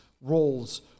roles